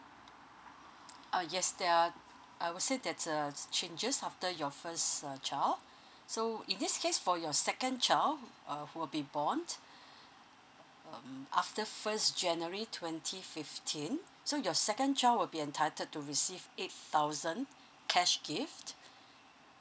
uh yes there are I would say there's uh changes after your first uh child so in this case for your second child uh will be born um after first january twenty fifteen so your second child will be entitled to receive eight thousand cash gift